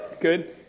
Good